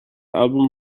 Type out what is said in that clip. album